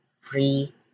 free